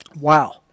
Wow